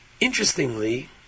interestingly